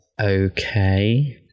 okay